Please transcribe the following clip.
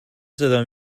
صدا